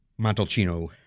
Montalcino